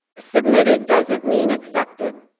submitted doesn't mean accepted.